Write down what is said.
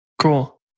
Cool